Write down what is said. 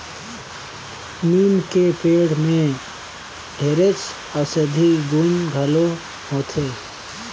लीम के पेड़ में ढेरे अउसधी गुन घलो होथे